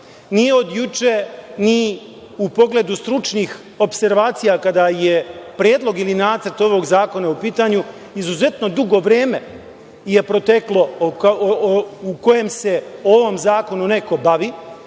nije od juče ni u pogledu stručnih opservacija kada je predlog ili nacrt ovog zakona u pitanju. Izuzetno dugo vreme je proteklo u kojem se o ovom zakonu neko bavi